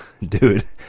Dude